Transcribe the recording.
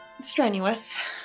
strenuous